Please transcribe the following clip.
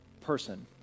person